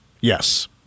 Yes